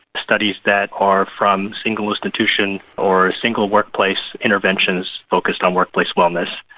studies that are from single institution or single workplace interventions focused on workplace wellness.